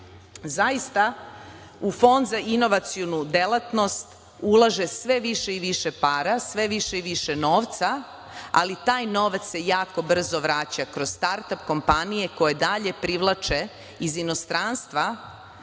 zaista u Fond za inovacionu delatnost ulaže sve više i više para, sve više i više novca, ali taj novac se jako brzo vraća kroz startap kompanije koje dalje privlače iz inostranstva